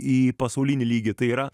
į pasaulinį lygį tai yra